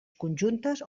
conjuntes